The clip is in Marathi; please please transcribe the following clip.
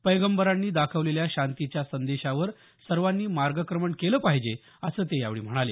पैगंबरांनी दाखवलेल्या शांतीच्या संदेशावर सर्वांनी मार्गाक्रमण केलं पाहिजे असं ते यावेळी म्हणाले